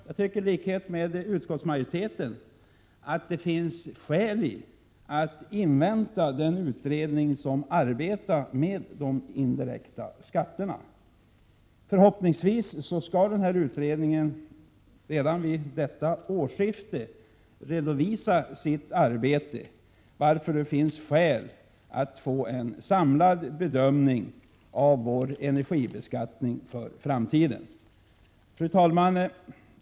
I likhet med utskottsmajoriteten anser jag att det finns skäl att invänta resultatet av den utredning som har arbetat med frågan om de indirekta skatterna. Förhoppningsvis kommer den redan vid årsskiftet att redovisa sitt arbete, varvid vi får möjlighet att göra en samlad bedömning av den framtida energibeskattningen. Fru talman!